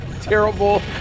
terrible